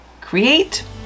create